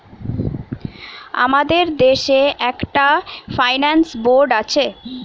আমাদের দেশে একটা ফাইন্যান্স বোর্ড আছে